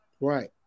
Right